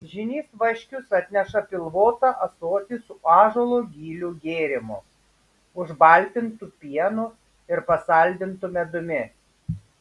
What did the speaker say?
žynys vaškius atneša pilvotą ąsotį su ąžuolo gilių gėrimu užbaltintu pienu ir pasaldintu medumi